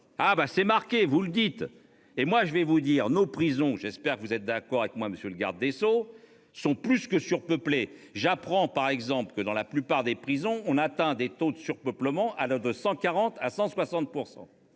Ah bah c'est marqué vous le dites. Et moi je vais vous dire nos prisons. J'espère que vous êtes d'accord avec moi monsieur le garde des Sceaux sont plus que surpeuplée. J'apprends par exemple que dans la plupart des prisons on atteint des taux de surpeuplement anneau de 140 à 160%.